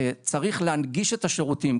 צריך להנגיש את השירותים.